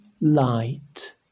light